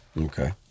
Okay